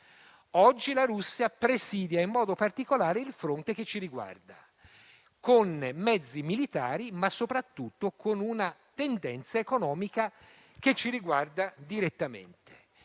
Oggi la Russia presidia in modo particolare il fronte che ci riguarda, con mezzi militari, ma soprattutto con una strategia economica che ci coinvolge direttamente.